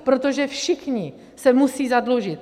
Protože všichni se musí zadlužit.